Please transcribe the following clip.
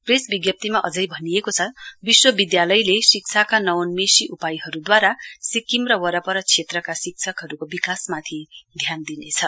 press विज्ञप्तिमा भनिएको छ विश्विद्यालयले नवोन्मेषी उपायहरूद्वारा सिकिक्किम र वरपर क्षेत्रका शिक्षकहरूको विकासमाथि ध्यान दिनेछ